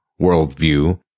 worldview